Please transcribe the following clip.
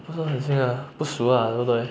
不是很亲 ah 不熟 ah 对不对